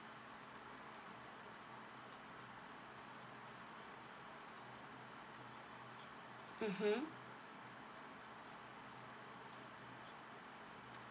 mmhmm